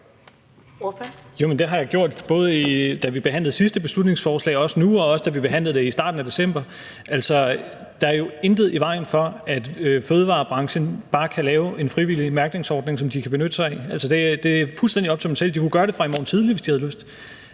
også nu, og også da vi behandlede det i starten af december. Altså, der er jo intet i vejen for, at fødevarebranchen bare kan lave en frivillig mærkningsordning, som de kan benytte sig af. Det er fuldstændig op til dem selv; de kunne gøre det fra i morgen tidlig, hvis de havde lyst.